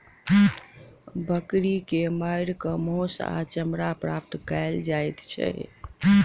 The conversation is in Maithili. बकरी के मारि क मौस आ चमड़ा प्राप्त कयल जाइत छै